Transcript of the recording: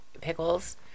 pickles